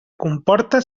comporta